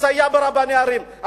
לסייע ברבני ערים,